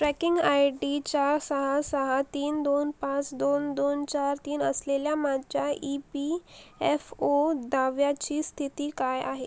tracking I T चार सहा सहा तीन दोन पाच दोन दोन चार तीन असलेल्या माझ्या ई पी एफ ओ दाव्याची स्थिती काय आहे